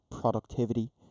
productivity